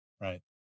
right